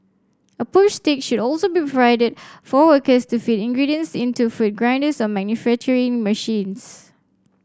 a push stick should also be provided for workers to feed ingredients into food grinders or manufacturing machines